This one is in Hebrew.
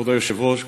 כבוד היושב-ראש,